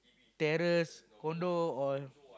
terrace condo or